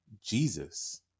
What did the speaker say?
Jesus